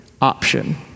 option